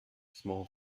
small